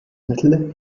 mittel